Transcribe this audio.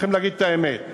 צריכים להגיד את האמת.